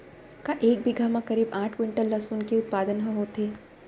का एक बीघा म करीब आठ क्विंटल लहसुन के उत्पादन ह होथे?